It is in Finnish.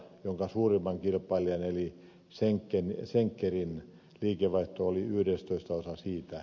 sen suurimman kilpailijan eli schenkerin liikevaihto oli yhdestoista osa siitä